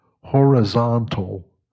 horizontal